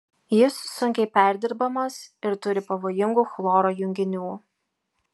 jis sunkiai perdirbamas ir turi pavojingų chloro junginių